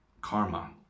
karma